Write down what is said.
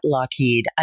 Lockheed